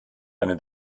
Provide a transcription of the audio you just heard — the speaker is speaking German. eine